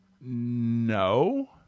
no